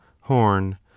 horn